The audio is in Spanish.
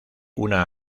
una